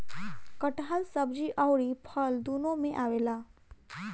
कटहल सब्जी अउरी फल दूनो में आवेला